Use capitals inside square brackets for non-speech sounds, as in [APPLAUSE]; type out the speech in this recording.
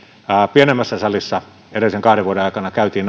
pienemmässä salissa edellisen kahden vuoden aikana käytiin [UNINTELLIGIBLE]